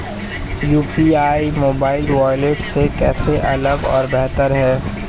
UPI mobile wallet से कैसे अलग और बेहतर है?